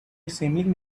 assembling